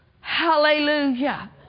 Hallelujah